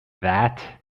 that